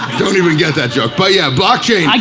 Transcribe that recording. don't even get that joke, but yeah botching, like